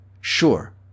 Sure